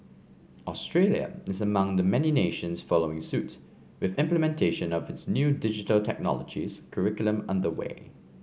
Australia is among the many nations following suit with implementation of its new Digital Technologies curriculum under way